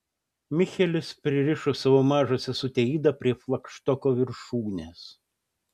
michelis pririšo savo mažą sesutę idą prie flagštoko viršūnės